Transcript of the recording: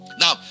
Now